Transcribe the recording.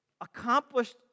accomplished